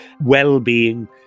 well-being